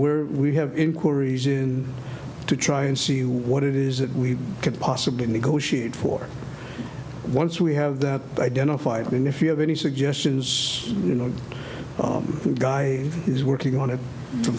we're we have inquiries in to try and see what it is that we could possibly negotiate for once we have that identified and if you have any suggestions you know who the guy is working on it t